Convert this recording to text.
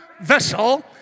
vessel